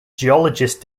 geologists